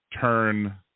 turn